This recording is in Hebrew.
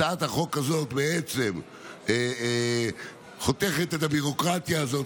הצעת החוק הזאת בעצם חותכת את הביורוקרטיה הזאת,